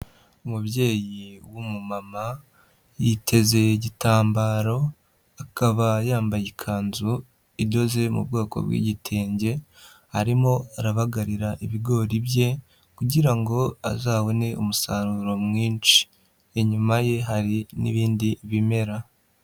Umubyeyi w'umumama yiteze igitambaro, akaba yambaye ikanzu idoze mu bwoko bw'igitenge arimo arabagarira ibigori bye kugira ngo azabone umusaruro mwinshi, inyuma ye hari n'ibindi bimera.